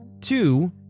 two